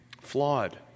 flawed